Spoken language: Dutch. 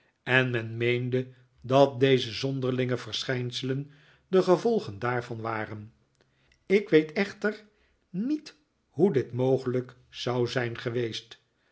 en men meende dat deze zonderlinge verschijnselen de gevolgen daarvan waren ik weet echter niet hoe dit mogelijk zou zijn geweest